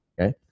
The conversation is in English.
okay